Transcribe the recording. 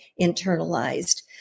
internalized